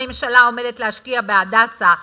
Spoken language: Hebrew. הממשלה עומדת להשקיע ב"הדסה"